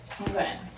Okay